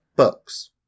Books